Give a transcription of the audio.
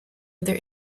other